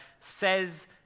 says